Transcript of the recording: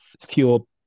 fuel